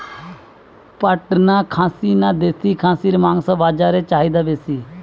পাটনা খাসি না দেশী খাসির মাংস বাজারে চাহিদা বেশি?